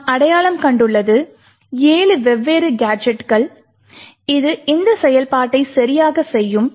நாம் அடையாளம் கண்டுள்ளது 7 வெவ்வேறு கேஜெட்டுகள் இது இந்த செயல்பாட்டை சரியாக செய்யும்